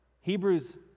Hebrews